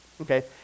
okay